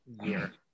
year